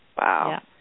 Wow